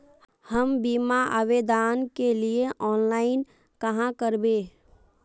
हम बीमा आवेदान के लिए ऑनलाइन कहाँ करबे?